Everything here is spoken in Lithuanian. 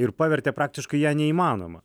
ir pavertė praktiškai ją neįmanoma